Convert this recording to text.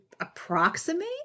approximate